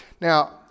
Now